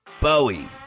Bowie